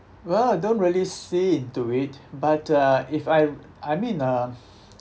well I don't really see into it but uh if I I mean uh